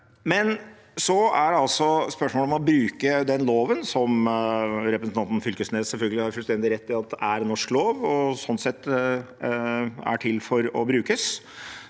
eller ikke å bruke den loven som representanten Fylkesnes selvfølgelig har fullstendig rett i at er norsk lov og sånn sett er til for å brukes,